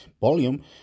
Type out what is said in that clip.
volume